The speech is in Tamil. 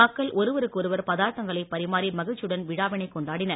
மக்கள் ஒருவொருக்கொருவர் பதார்த்தங்களை பரிமாரி மகிழ்ச்சியுடன் கொண்டாடினர்